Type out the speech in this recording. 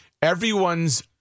everyone's